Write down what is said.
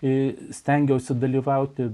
ir stengiausi dalyvauti